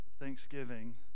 thanksgiving